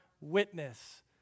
witness